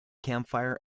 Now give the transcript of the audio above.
campfire